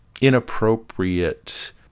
inappropriate